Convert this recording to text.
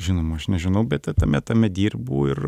žinoma aš nežinau bet e tame tame dirbu ir